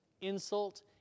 insult